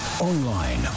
online